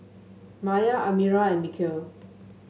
Maya Amirah and Mikhail